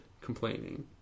complaining